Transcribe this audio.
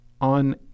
on